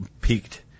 peaked